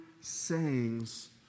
sayings